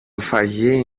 φαγί